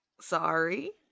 Sorry